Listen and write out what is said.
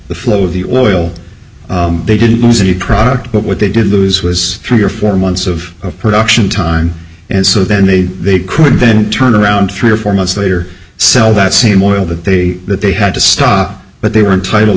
the flow of the oil they didn't want any product but what they did lose was three or four months of production time and so then they they could then turn around three or four months later sell that same oil that they that they had to stop but they were entitled